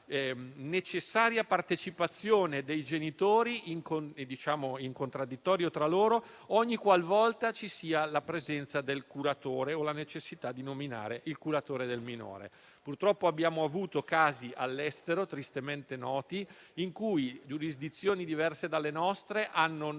necessaria partecipazione dei genitori in contraddittorio tra loro ogni qualvolta ci sia la presenza del curatore o la necessità di nominare il curatore del minore. Purtroppo abbiamo avuto casi all'estero tristemente noti, in cui giurisdizioni diverse dalle nostre hanno